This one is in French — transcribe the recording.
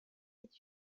est